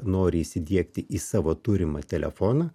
nori įsidiegti į savo turimą telefoną